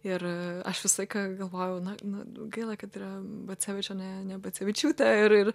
ir aš visą laiką galvojau na na gaila kad yra bacevič o ne ne bacevičiūtė ir ir